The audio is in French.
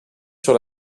sur